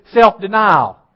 self-denial